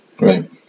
Right